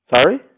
Sorry